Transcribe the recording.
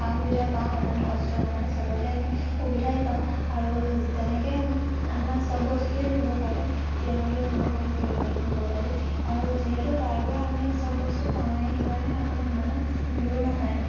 সুবিধা পাওঁ ইমান কষ্ট নহয় চবতে আমি সুবিধাই পাওঁ আৰু তেনেকৈ আমাৰ চব বস্তুৱে নিব পাৰি প্লেইনতো নিব পাৰি ট্ৰেইনতো নিব পাৰি আৰু যিহেতু তাৰপৰা আমি চব বস্তু পাওঁৱেই সেইকাৰণে আমাৰ ইমানো দূৰ নহয়